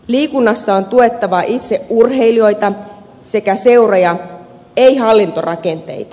liikunnassa on tuettava itse urheilijoita sekä seuroja ei hallintorakenteita